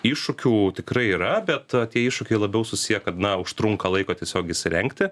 iššūkių tikrai yra bet tie iššūkiai labiau susiję kad na užtrunka laiko tiesiog įsirengti